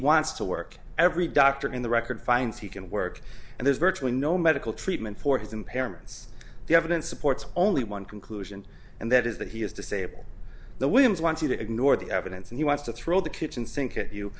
wants to work every doctor in the record finds he can work and there's virtually no medical treatment for his impairments the evidence supports only one conclusion and that is that he is disabled the williams wants you to ignore the evidence and he wants to throw the kitchen sink